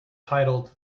titled